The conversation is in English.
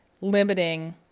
limiting